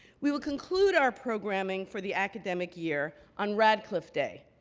we will conclude our programming for the academic year on radcliffe day,